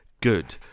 good